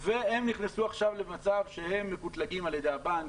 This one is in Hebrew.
והם נכנסו עכשיו למצב שהם מקוטלגים על ידי הבנק,